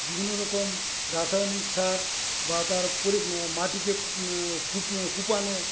বিভিন্নরকম রাসায়নিক সার বা তার মাটিকে কুপানো